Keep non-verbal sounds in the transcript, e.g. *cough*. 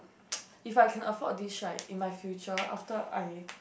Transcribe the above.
*noise* if I can afford this right in my future after I